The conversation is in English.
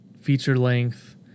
feature-length